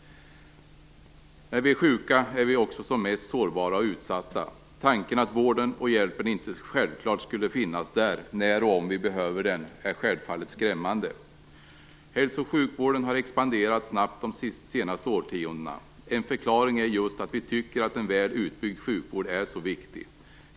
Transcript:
När vi är sjuka är vi också som mest sårbara och utsatta. Tanken att vården och hjälpen inte självklart skulle finnas där när och om vi behöver den är självfallet skrämmande. Hälso och sjukvården har expanderat snabbt de senaste årtiondena. En förklaring är just att vi tycker att en väl utbyggd sjukvård är så viktigt.